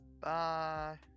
Bye